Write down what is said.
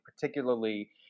particularly